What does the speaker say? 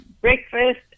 breakfast